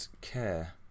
care